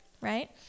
right